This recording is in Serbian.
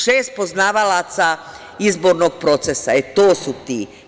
Šest poznavalaca izbornog procesa, e, to su ti.